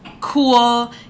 cool